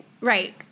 Right